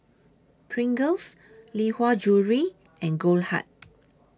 Pringles Lee Hwa Jewellery and Goldheart